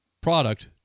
product